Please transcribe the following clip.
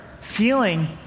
feeling